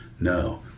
no